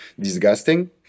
disgusting